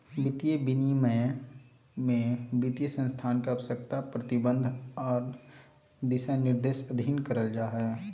वित्तीय विनियमन में वित्तीय संस्थान के आवश्यकता, प्रतिबंध आर दिशानिर्देश अधीन करल जा हय